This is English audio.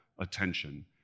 attention